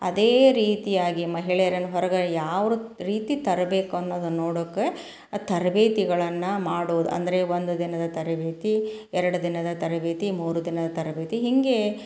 ಅದೇ ರೀತಿಯಾಗಿ ಮಹಿಳೆಯರನ್ನ ಹೊರ್ಗೆ ಯಾವ ರೀತಿ ತರಬೇಕು ಅನ್ನೋದನ್ನ ನೋಡೋಕ್ಕೆ ಆ ತರಬೇತಿಗಳನ್ನ ಮಾಡೋದು ಅಂದರೆ ಒಂದು ದಿನದ ತರಬೇತಿ ಎರಡು ದಿನದ ತರಬೇತಿ ಮೂರು ದಿನದ ತರಬೇತಿ ಹೀಗೆ